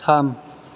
थाम